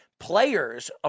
players